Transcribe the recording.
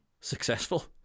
successful